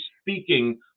speaking